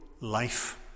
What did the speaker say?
life